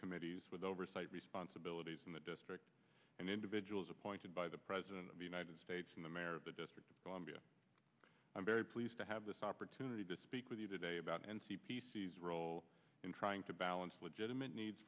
committees with oversight responsibilities in the district and individuals appointed by the president of the united states and the mayor of the district of columbia i'm very pleased to have this opportunity to speak with you today about n c p sees role in trying to balance legitimate needs